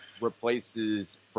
replaces –